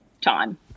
time